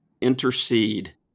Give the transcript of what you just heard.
intercede